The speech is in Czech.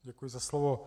Děkuji za slovo.